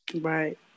Right